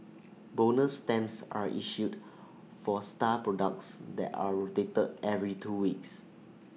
bonus stamps are issued for star products that are rotated every two weeks